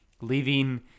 leaving